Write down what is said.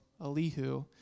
Elihu